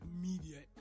media